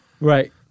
right